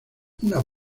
una